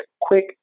quick